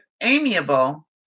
amiable